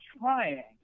trying